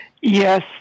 Yes